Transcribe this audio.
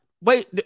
Wait